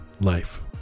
life